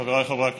חבריי חברי הכנסת,